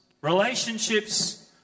Relationships